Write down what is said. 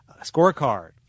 scorecard